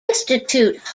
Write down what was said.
institute